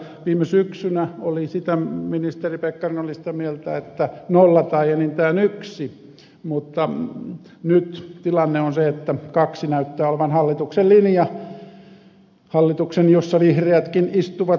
viime syksynä ministeri pekkarinen oli sitä mieltä että nolla tai enintään yksi mutta nyt tilanne on se että kaksi näyttää olevan hallituksen linja hallituksen jossa vihreätkin istuvat tukevasti mukana